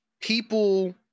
people